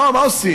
מה עושים?